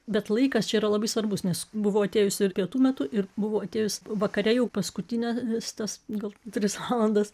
bet laikas čia yra labai svarbus nes buvau atėjusi ir pietų metu ir buvau atėjus vakare jau paskutines tas gal tris valandas